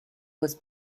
was